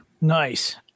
nice